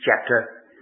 chapter